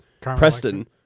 Preston